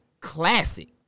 classic